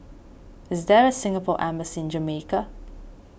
is there a Singapore Embassy in Jamaica